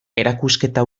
erakusketa